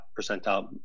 percentile